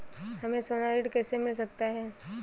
हमें सोना ऋण कैसे मिल सकता है?